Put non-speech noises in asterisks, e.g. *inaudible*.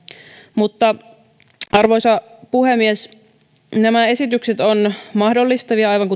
arvoisa puhemies nämä esitykset ovat mahdollistavia aivan *unintelligible*